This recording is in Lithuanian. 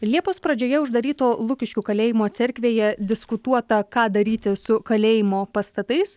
liepos pradžioje uždaryto lukiškių kalėjimo cerkvėje diskutuota ką daryti su kalėjimo pastatais